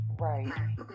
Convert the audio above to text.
Right